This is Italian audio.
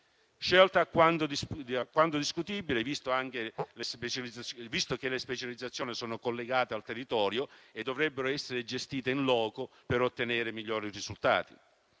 questa quanto mai discutibile, visto che le specializzazioni sono collegate al territorio e dovrebbero essere gestite *in loco* per ottenere migliori risultati.